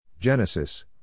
Genesis